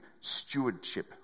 stewardship